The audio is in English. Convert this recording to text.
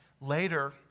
Later